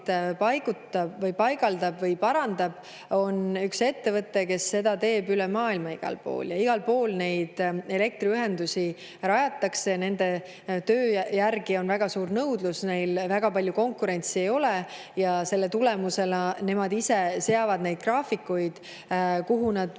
kaablit paigaldab või parandab, on üks ettevõte, kes seda teeb üle maailma igal pool. Igal pool neid elektriühendusi rajatakse, nende töö järgi on väga suur nõudlus, neil väga palju konkurentsi ei ole ja selle tulemusena nemad ise seavad neid graafikuid, kuhu nad mida